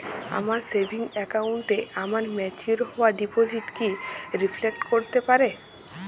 আমার সেভিংস অ্যাকাউন্টে আমার ম্যাচিওর হওয়া ডিপোজিট কি রিফ্লেক্ট করতে পারে?